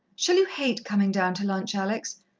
shall you hate coming down to lunch, alex?